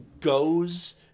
goes